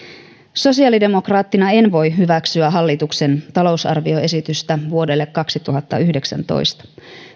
sosiaalidemokraattina en voi hyväksyä hallituksen talousarvioesitystä vuodelle kaksituhattayhdeksäntoista